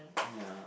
yeah